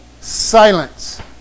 Silence